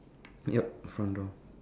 yup front door